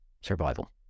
survival